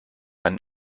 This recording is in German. einen